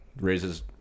Raises